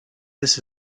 this